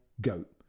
goat